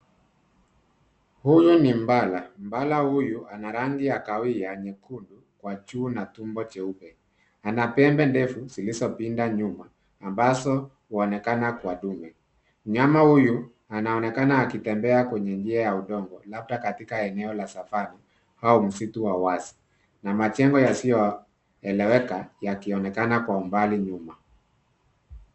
Huyu ni mbala. Mbala huyu ana rangi ya kahawia nyekundu kwa juu na tumbo jeupe. Ana pembe ndefu zilizopinda nyuma ambazo huonekana kwa ndume. Mnyama huyu anaonekana akitembea kwenye njia ya udongo labda katika eneo la Savannah au msitu wa wazi na majengo yasiyoeleweka yakionekana kwa umbali nyuma.